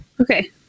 Okay